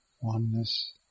Oneness